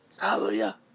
hallelujah